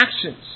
actions